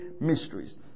mysteries